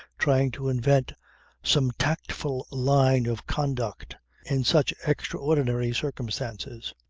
trying to invent some tactful line of conduct in such extraordinary circumstances.